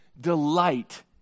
delight